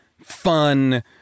fun